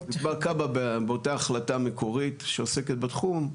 כב"ה באותה החלטה מקורית שעוסקת בתחום,